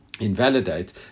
invalidate